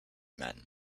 meant